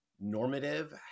normative